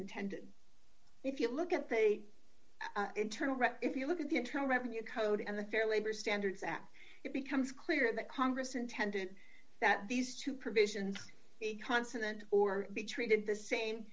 intended if you look at they internal read if you look at the internal revenue code and the fair labor standards act it becomes clear that congress intended that these two provisions be consonant or be treated the same